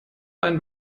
einen